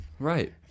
Right